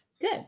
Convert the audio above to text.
good